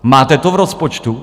Máte to v rozpočtu?